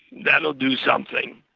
that'll do something,